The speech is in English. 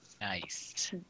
nice